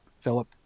Philip